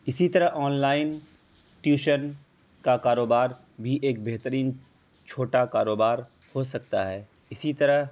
اسی طرح online tuition کا کاروبار بھی ایک بہترین چھوٹا کاروبار ہو سکتا ہے اسی طرح